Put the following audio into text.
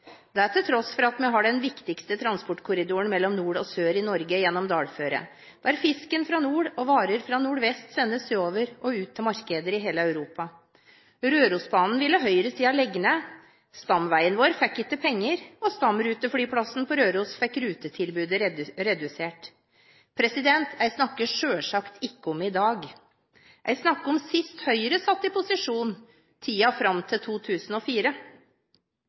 det til tross for at vi har den viktigste transportkorridoren mellom nord og sør i Norge gjennom dalføret, der fisken fra nord og varer fra nordvest sendes sørover og ut til markeder i hele Europa. Rørosbanen ville høyresiden legge ned, stamveien vår fikk ikke penger, og stamruteflyplassen på Røros fikk rutetilbudet redusert. Jeg snakker selvsagt ikke om i dag. Jeg snakker om sist gang Høyre satt i posisjon – tiden fram til